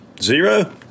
Zero